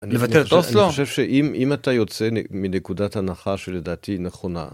לבטל את אוסלו, אני חושב שאם אתה יוצא מנקודת הנחה שלדעתי נכונה